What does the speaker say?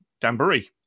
Danbury